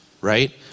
right